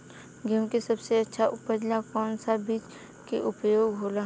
गेहूँ के सबसे अच्छा उपज ला कौन सा बिज के उपयोग होला?